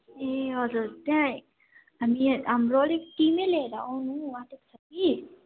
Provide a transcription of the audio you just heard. ए हजुर त्यहाँ हामी हाम्रो अलिक टिमै लिएर आउनु आँटेको छ कि